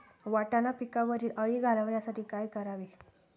वाटाणा पिकावरील अळी घालवण्यासाठी काय करावे?